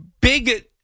big